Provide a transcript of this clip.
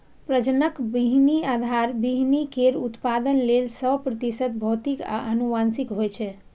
प्रजनक बीहनि आधार बीहनि केर उत्पादन लेल सय प्रतिशत भौतिक आ आनुवंशिक होइ छै